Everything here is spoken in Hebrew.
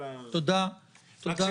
אני מברך